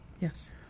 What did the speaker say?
yes